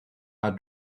are